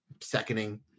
seconding